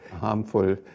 harmful